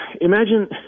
imagine